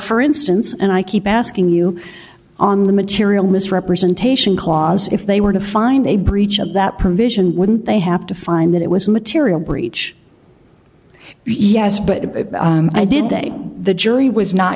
for instance and i keep asking you on the material misrepresentation clause if they were to find a breach of that provision wouldn't they have to find that it was a material breach yes but if i did they the jury was not